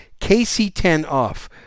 KC10OFF